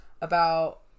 about-